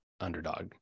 underdog